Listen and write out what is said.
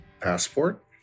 passport